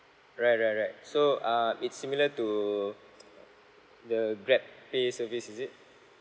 right right right so uh it's similar to the grabpay service is it